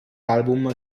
album